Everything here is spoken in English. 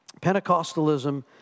Pentecostalism